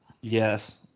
Yes